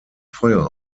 feuer